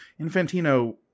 Infantino